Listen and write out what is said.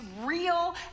real